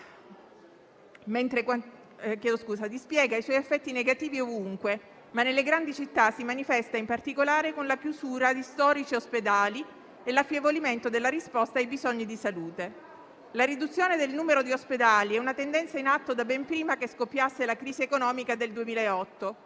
decenni dispiega i suoi effetti negativi ovunque, ma nelle grandi città si manifesta, in particolare, con la chiusura di storici ospedali e l'affievolimento della risposta ai bisogni di salute. La riduzione del numero di ospedali è una tendenza in atto da ben prima che scoppiasse la crisi economica del 2008.